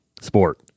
sport